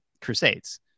Crusades